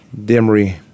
Demery